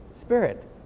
Spirit